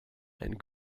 and